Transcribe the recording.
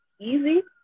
easy